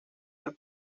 del